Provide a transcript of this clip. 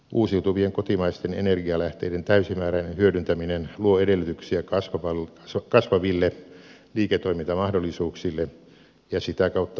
uusiutuvien kotimaisten energialähteiden täysimääräinen hyödyntäminen luo edellytyksiä kasvaville liiketoimintamahdollisuuksille ja sitä kautta uusille työpaikoille